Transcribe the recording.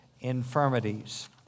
infirmities